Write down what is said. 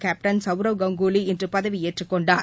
captain Sourav Ganguly இன்று பதவியேற்றுக் கொண்டார்